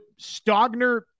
Stogner